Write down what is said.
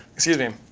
excuse me.